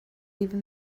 even